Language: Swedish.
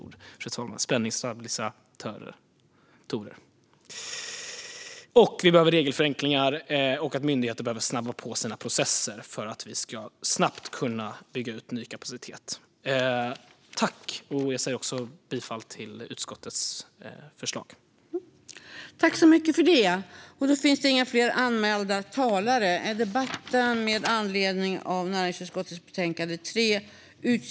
Det behövs också regelförenklingar, och myndigheter behöver snabba på sina processer för att vi snabbt ska kunna bygga ut ny kapacitet. Jag yrkar bifall till utskottets förslag i betänkandet.